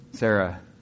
Sarah